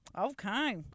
Okay